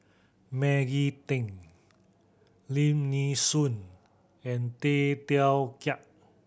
Maggie Teng Lim Nee Soon and Tay Teow Kiat